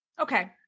Okay